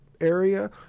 area